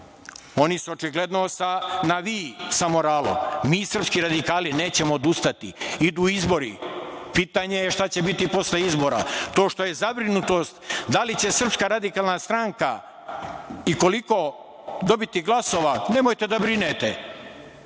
Oni su očigledno na vi sa moralom. Mi srpski radikali nećemo odustati. Idu izbori. Pitanje je šta će biti posle izbora? To što je zabrinutost da li će SRS i koliko dobiti glasova, nemojte da brinete.